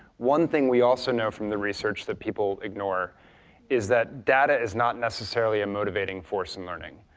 one thing we also know from the research that people ignore is that data is not necessarily a motivating force in learning,